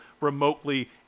remotely